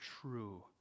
true